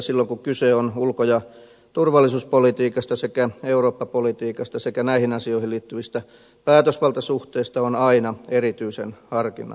silloin kun kyse on ulko ja turvallisuuspolitiikasta eurooppapolitiikasta sekä näihin asioihin liittyvistä päätösvaltasuhteista on aina erityisen harkinnan paikka